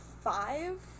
five